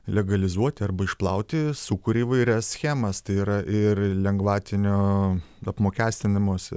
legalizuoti arba išplauti sūkuri įvairias schemas tai yra ir lengvatinio apmokestinimose